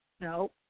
No